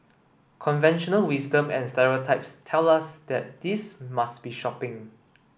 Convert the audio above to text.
conventional wisdom and stereotypes tell us that this must be shopping